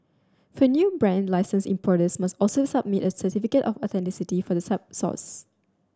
for new brand licensed importers must also submit a certificate of authenticity for the source